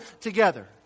together